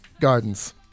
gardens